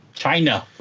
China